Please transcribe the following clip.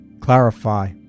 clarify